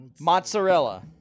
Mozzarella